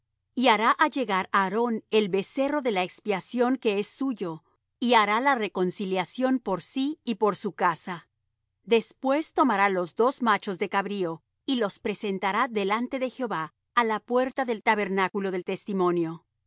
y hará allegar aarón el becerro de la expiación que es suyo y hará la reconciliación por sí y por su casa después tomará los dos machos de cabrío y los presentará delante de jehová á la puerta del tabernáculo del testimonio